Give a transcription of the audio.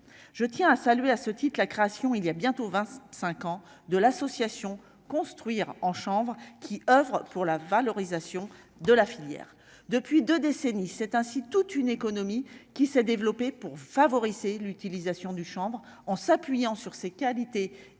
je tiens à saluer, à ce titre la création il y a bientôt 25 ans, de l'association construire en chambre qui oeuvrent pour la valorisation de la filière depuis 2 décennies, c'est ainsi toute une économie qui s'est développée pour favoriser l'utilisation du chambre on s'appuyant sur ses qualités